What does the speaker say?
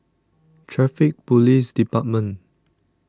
Traffic Police Department